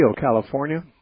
California